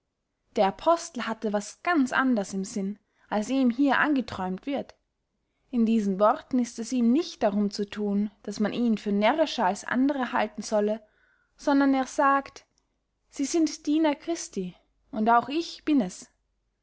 der apostel hatte was ganz anders im sinn als ihm hier angeträumt wird in diesen worten ist es ihm nicht darum zu thun daß man ihn für närrischer als andere halten solle sondern er sagt sie sind diener christi und auch ich bin es